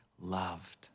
loved